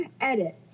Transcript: Edit